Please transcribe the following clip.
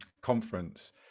conference